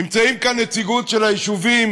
נמצאת כאן נציגות של היישובים.